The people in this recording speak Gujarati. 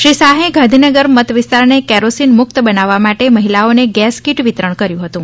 શ્રી શાહે ગાંધીનગર મત વિસ્તારને કેરોસીન મુક્ત બનાવામાં માટે મહિલાઓને ગેસ કીટ વિતરણ કર્યું હતું